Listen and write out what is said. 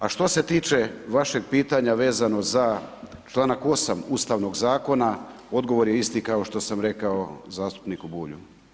A što se tiče vašeg pitanja vezano za članak 8. ustavnog zakona, odgovor je isti kao što sam rekao zastupniku Bulju.